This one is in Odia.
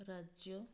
ରାଜ୍ୟ